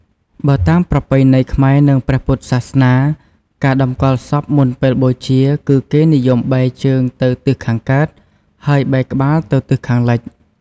បើតាមប្រពៃណីខ្មែរ និងព្រះពុទ្ធសាសនា ការតម្កល់សពមុនពេលបូជា គឺគេនិយមបែរជើងទៅទិសខាងកើត ហើយបែរក្បាលទៅទិសខាងលិច។